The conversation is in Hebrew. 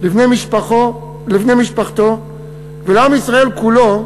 לבני משפחתו ולעם ישראל כולו,